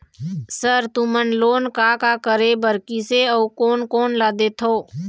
Sir तुमन loan का का करें बर, किसे अउ कोन कोन ला देथों?